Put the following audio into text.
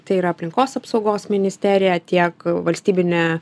tai yra aplinkos apsaugos ministerija tiek valstybinė